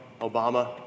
Obama